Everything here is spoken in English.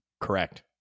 Correct